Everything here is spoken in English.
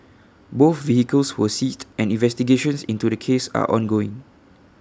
both vehicles were seized and investigations into this case are ongoing